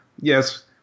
Yes